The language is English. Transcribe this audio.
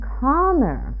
calmer